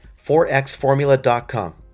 4xformula.com